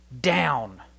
down